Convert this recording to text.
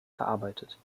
verarbeitet